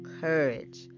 courage